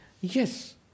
yes